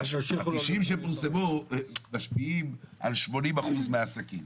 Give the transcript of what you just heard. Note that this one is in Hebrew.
ה-90 שפורסמו משפיעים על 80% מהעסקים.